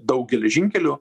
daug geležinkelių